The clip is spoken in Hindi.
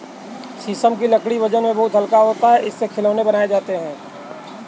शीशम की लकड़ी वजन में बहुत हल्का होता है इससे खिलौने बनाये जाते है